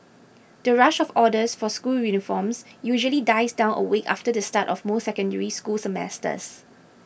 the rush of orders for school uniforms usually dies down a week after the start of most Secondary School semesters